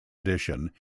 addition